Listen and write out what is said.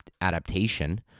adaptation